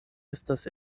estas